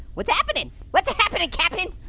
what's happening? what's a-happening, captain?